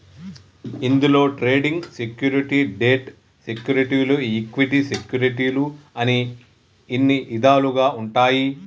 ఇందులో trading security, debt సెక్యూరిటీలు equity సెక్యూరిటీలు అని ఇన్ని ఇదాలుగా ఉంటాయి